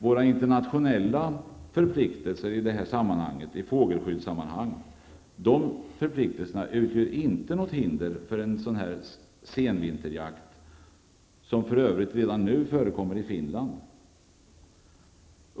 Våra internationella förpliktelser i fågelskyddssammanhang utgör inte något hinder för en senvinterjakt, något som för övrigt redan nu förekommer i Finland.